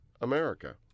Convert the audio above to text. America